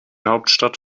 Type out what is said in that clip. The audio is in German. hauptstadt